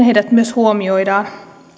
huomioidaan